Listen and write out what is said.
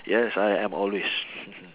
yes I I'm always